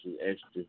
extra